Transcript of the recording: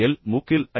L மூக்கில் ஐ